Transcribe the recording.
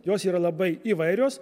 jos yra labai įvairios